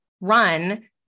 run